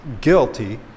guilty